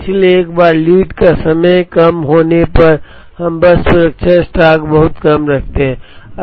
इसलिए एक बार लीड का समय कम होने पर हम बस सुरक्षा स्टॉक बहुत कम रखते है